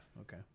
Okay